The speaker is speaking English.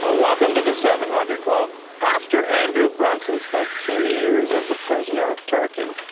ah welcome to the seven hundred club. pastor andrew brunson spent two years as a prisoner of turkey.